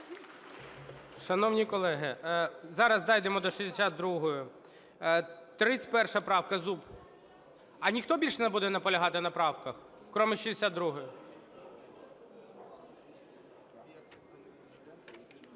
Шановні колеги, зараз дійдемо до 62-ї. 31 правка, Зуб. А ніхто більше не буде наполягати на правках, крім 62-ї?